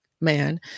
man